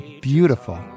beautiful